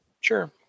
Sure